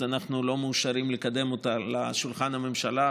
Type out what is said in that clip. אז לא מאשרים לקדם אותה לשולחן הממשלה.